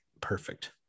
perfect